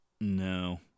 No